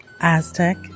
Aztec